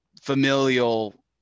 familial